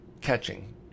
catching